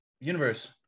universe